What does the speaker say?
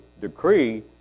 decree